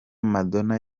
madonna